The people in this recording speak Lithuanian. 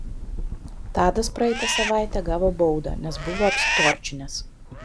tadas praeitą savaitę gavo baudą nes buvo apsitorčinęs